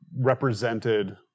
represented